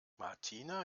martina